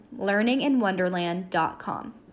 learninginwonderland.com